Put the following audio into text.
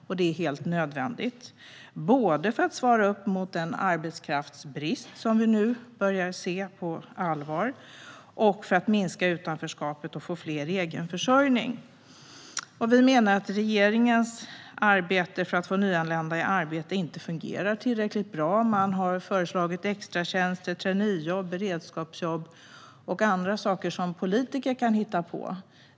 Och det är helt nödvändigt, både för att svara upp mot den arbetskraftsbrist som vi nu börjar se på allvar och för att minska utanförskapet och få fler i egen försörjning. Vi menar att det regeringen gör för att få nyanlända i arbete inte fungerar tillräckligt bra. Man har föreslagit extratjänster, traineejobb, beredskapsjobb och andra saker som politiker kan hitta på.